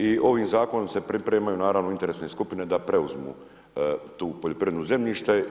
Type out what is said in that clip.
I ovim zakonom se pripremaju naravno interesne skupine da preuzmu tu poljoprivredno zemljište.